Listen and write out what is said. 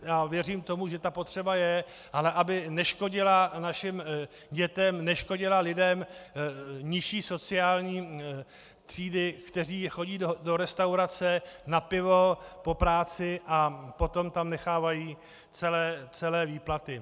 Já věřím tomu, že ta potřeba je, ale aby neškodila našim dětem, neškodila lidem nižší sociální třídy, kteří chodí do restaurace na pivo po práci a potom tam nechávají celé výplaty.